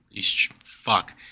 fuck